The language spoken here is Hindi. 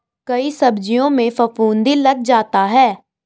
कई सब्जियों में फफूंदी लग जाता है